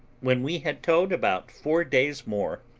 when we had towed about four days more,